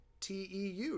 TEU